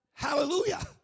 Hallelujah